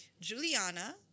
Juliana